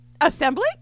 Assembly